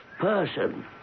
person